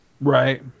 Right